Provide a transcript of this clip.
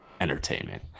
entertainment